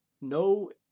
no